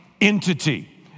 entity